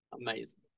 Amazing